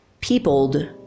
peopled